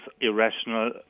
irrational